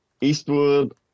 Eastwood